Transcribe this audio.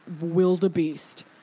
wildebeest